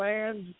Land